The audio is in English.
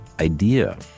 idea